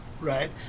right